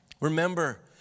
Remember